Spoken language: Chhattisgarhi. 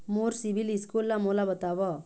मोर सीबील स्कोर ला मोला बताव?